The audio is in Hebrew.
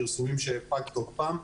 פרסומים שפג תוקפם.